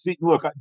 Look